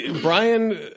Brian